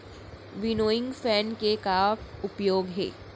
Winnowing fan के का उपयोग हे?